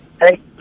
Hey